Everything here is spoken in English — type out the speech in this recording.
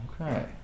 okay